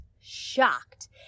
shocked